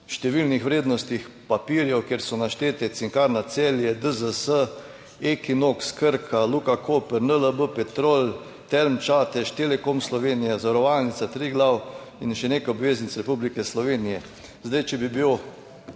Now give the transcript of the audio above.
številnih vrednostnih papirjev, kjer so naštete Cinkarna Celje, DZS, EKINOX, Krka, Luka Koper, NLB, Petrol, Term Čatež, Telekom Slovenije, Zavarovalnica Triglav in še nekaj obveznic Republike Slovenije. Zdaj, če bi bil